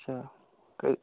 اچھا